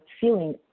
feeling